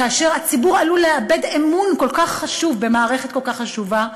כאשר הציבור עלול לאבד אמון כל כך חשוב במערכת כל כך חשובה,